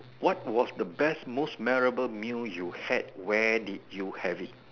what was the best most memorable meal you had where did you have it